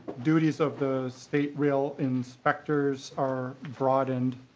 duties of the state rail inspectors are broadened.